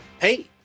Hey